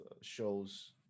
shows